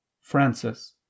Francis